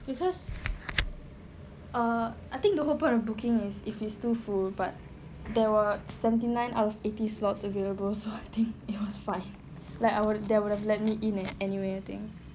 because uh I think the whole point of booking is if it's too full but there were seventy nine out of eighty slots available so I think it was fine like our they would have let me in an anyway I think